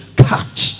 catch